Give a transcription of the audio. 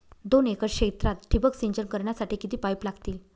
दोन एकर क्षेत्रात ठिबक सिंचन करण्यासाठी किती पाईप लागतील?